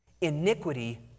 Iniquity